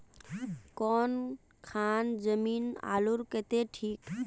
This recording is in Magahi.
कौन खान जमीन आलूर केते ठिक?